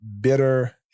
bitter